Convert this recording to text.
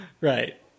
right